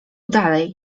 dalej